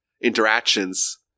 interactions